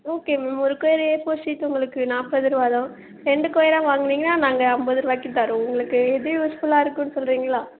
okay ma'am ஒரு quire A four sheet உங்களுக்கு நாப்பதுரூவா தான் ரெண்டு கொயராக வாங்கினீங்கனா நாங்கள் அம்பதுரூவாய்க்கு தரோம் உங்களுக்கு எது யூஸ்ஃபுல்லாக இருக்குன்னு சொல்லுறீங்களா